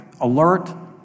alert